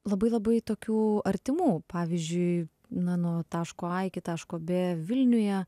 labai labai tokių artimų pavyzdžiui na nuo taško a iki taško b vilniuje